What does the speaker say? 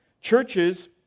churches